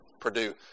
Purdue